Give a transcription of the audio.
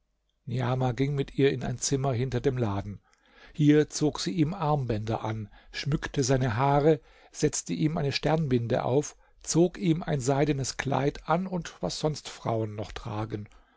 niamah ging mit ihr in ein zimmer hinter dem laden hier zog sie ihm armbänder an schmückte seine haare setzte ihm eine sternbinde auf zog ihm ein seidenes kleid an und was sonst frauen noch tragen